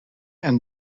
and